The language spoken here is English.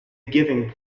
giving